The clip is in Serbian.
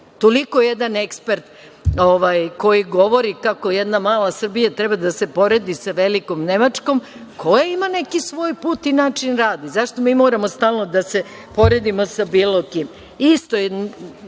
Toliko jedan ekspert koji govori kako jedna mala Srbija treba da se poredi sa velikom Nemačkom koja ima neki svoj put i način rada. Zašto mi moramo stalno da se poredimo sa bilo kim? Isto